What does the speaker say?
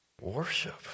Worship